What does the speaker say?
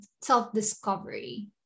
self-discovery